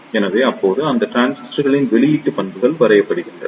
எனவே இப்போது இந்த டிரான்சிஸ்டர்களின் வெளியீட்டு பண்புகள் வரையப்படுகின்றன